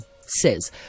says